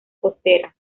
costeras